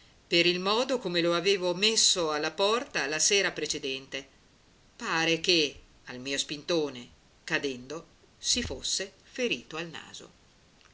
per il modo come lo avevo messo alla porta la sera precedente pare che al mio spintone cadendo si fosse ferito al naso